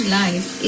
life